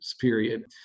period